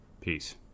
Peace